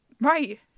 right